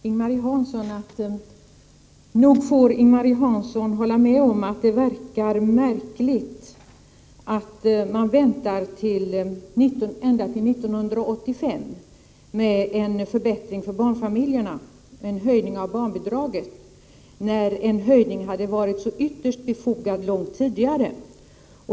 Herr talman! Nog måste väl Ing-Marie Hansson hålla med om att det verkar märkligt att socialdemokraterna väntar ända till 1985 med den förbättring för barnfamiljerna som en höjning av barnbidraget utgör. En höjning hade ju varit ytterst befogad långt tidigare.